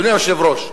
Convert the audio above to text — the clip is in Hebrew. אדוני היושב-ראש,